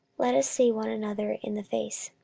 let us see one another in the face.